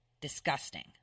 Disgusting